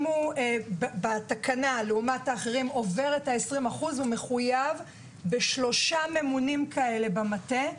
אם בתקנה הוא עובר 20% לעומת אחרים הוא מחויב בשלושה ממונים כאלה במטה,